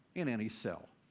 in any cell.